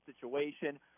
situation